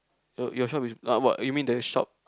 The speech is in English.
your your shop is ah what you mean the shop